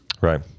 Right